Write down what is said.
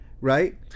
right